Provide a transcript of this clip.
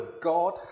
God